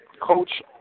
Coach